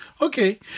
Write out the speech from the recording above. okay